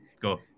go